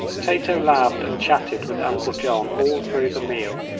tato laughed and chatted with uncle john all through the meal,